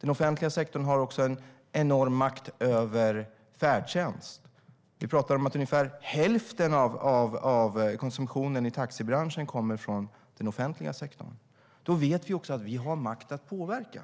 Den offentliga sektorn har också en enorm makt över färdtjänst. Ungefär hälften av konsumtionen i taxibranschen kommer från den offentliga sektorn. Då vet vi också att vi har makt att påverka.